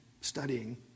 studying